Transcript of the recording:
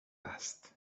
است